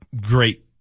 great